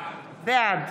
בעד